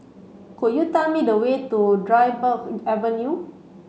could you tell me the way to Dryburgh Avenue